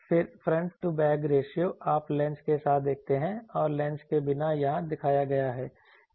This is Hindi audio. फिर फ्रंट टू बैक रेशो आप लेंस के साथ देखते हैं और लेंस के बिना यहां दिखाया गया है